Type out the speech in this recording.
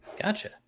Gotcha